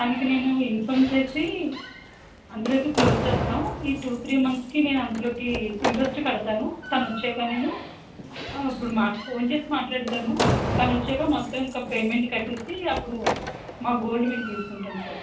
తనకి నేను ఇన్ఫామ్ చేసి అంతలోకి క్లోజ్ చేస్తాం ఈ టూ త్రీ మంత్స్కి నేను అంతలోకి ఇంట్రెస్ట్ కడతాను తనొచ్చాక నేను ఇప్పుడు మా ఫోన్ చేసి మాట్లాడతాను తనొచ్చాక మొత్తం ఇంక పేమెంట్ కట్టేసి అప్పుడు మా గోల్డు మేము తీసుకుంటాం సార్